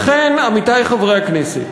לכן, עמיתי חברי הכנסת,